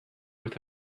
with